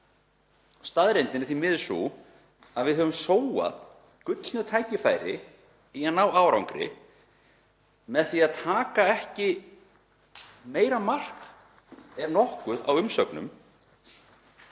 Staðreyndin er því miður sú að við höfum sóað gullnu tækifæri í að ná árangri með því að taka ekki meira mark, ef nokkurt, á umsögnum.